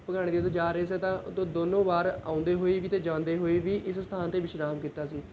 ਭਗਾਣੀ ਯੁੱਧ ਜਾ ਰਹੇ ਸੀ ਤਾਂ ਉਦੋਂ ਦੋਨੋਂ ਵਾਰ ਆਉਂਦੇ ਹੋਏ ਵੀ ਅਤੇ ਜਾਂਦੇ ਹੋਏ ਵੀ ਇਸ ਅਸਥਾਨ 'ਤੇ ਵਿਸ਼ਰਾਮ ਕੀਤਾ ਸੀ